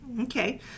Okay